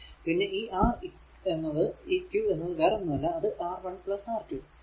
പിന്നെ ഈ R eq എന്നത് വേറൊന്നും അല്ല അത് R1 R2 ആണ്